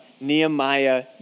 Nehemiah